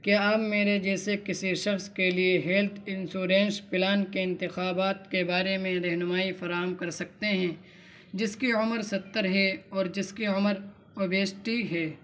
کیا آپ میرے جیسے کسی شخص کے لیے ہیلتھ انسورنش پلان کے انتخابات کے بارے میں رہنمائی فراہم کر سکتے ہیں جس کی عمر ستّر ہے اور جس کی عمر اوبیسٹی ہے